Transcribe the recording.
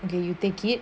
okay you take it